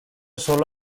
solo